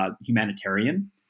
humanitarian